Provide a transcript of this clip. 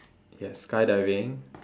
yes skydiving